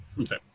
Okay